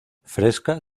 fresca